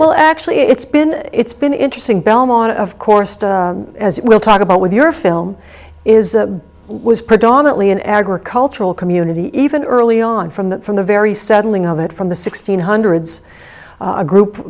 well actually it's been it's been interesting belmont of course we'll talk about with your film is was predominately an agricultural community even early on from that from the very settling of it from the sixteenth hundreds a group